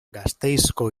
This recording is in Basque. gasteizko